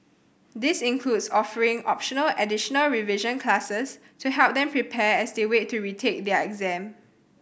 this includes offering optional additional revision classes to help them prepare as they wait to retake their exam